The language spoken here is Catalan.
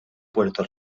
puerto